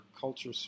culture